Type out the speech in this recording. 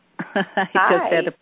Hi